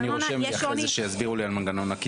אני רושם לי אחרי זה שיסבירו לי על מנגנון הקיזוז.